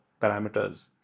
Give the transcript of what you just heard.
parameters